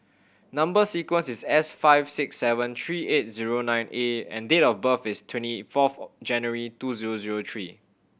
number sequence is S five six seven three eight zero nine A and date of birth is twenty fourth January two zero zero three